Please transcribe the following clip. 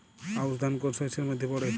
আউশ ধান কোন শস্যের মধ্যে পড়ে?